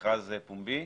פומבי.